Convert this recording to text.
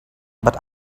but